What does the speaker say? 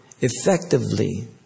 effectively